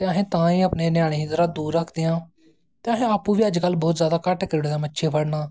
ते अस तां गै अपनें ञ्यानें गी एह्दे कोला दा दूर रखदे आं ते असैं अप्पूं बी बड़े घट्ट करी ओड़े दा मच्छी फड़नां